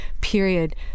period